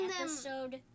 episode